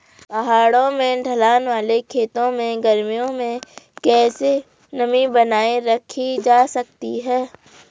पहाड़ों में ढलान वाले खेतों में गर्मियों में कैसे नमी बनायी रखी जा सकती है?